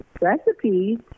recipes